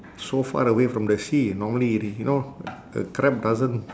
so far away from the sea normally it you know a crab doesn't